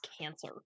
cancer